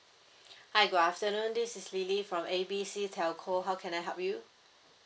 hi good afternoon this is lily from A B C telco how can I help you